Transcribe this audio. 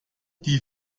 die